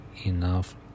enough